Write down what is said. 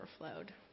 overflowed